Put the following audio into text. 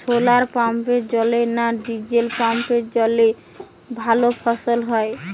শোলার পাম্পের জলে না ডিজেল পাম্পের জলে ভালো ফসল হয়?